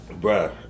Bruh